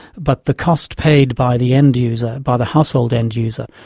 but the cost paid by the end user, by the household end user,